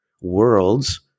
worlds